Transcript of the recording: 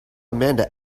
amanda